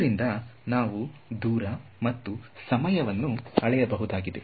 ಇದರಿಂದ ನಾವು ದೂರ ಮತ್ತು ಸಮಯವನ್ನು ಅಳೆಯಬಹುದಾಗಿದೆ